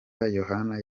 yohana